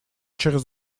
через